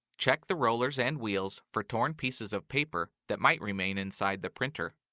check the rollers and wheels for torn pieces of paper that might remain inside the printer.